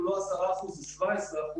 הוא 17%,